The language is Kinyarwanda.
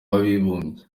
w’abibumbye